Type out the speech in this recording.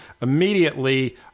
immediately